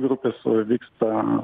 grupės vyksta